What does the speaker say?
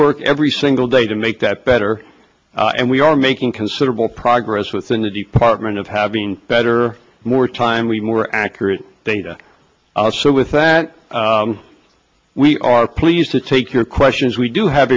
work every single day to make that better and we are making considerable progress within the department of having better more timely more accurate data so with that we are pleased to take your questions we do have